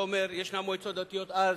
אני לא אומר, יש מועצות דתיות, אז